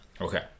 okay